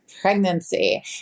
pregnancy